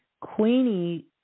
Queenie